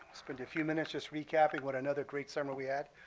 i'll spend a few minutes just recapping what another great summer we had.